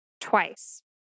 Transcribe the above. twice